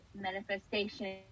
manifestation